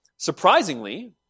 Surprisingly